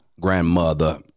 grandmother